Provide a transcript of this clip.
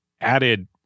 added